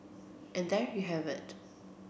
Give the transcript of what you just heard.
and there you have it